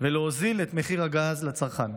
ולהוזיל את מחיר הגז לצרכן.